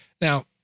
Now